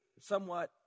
somewhat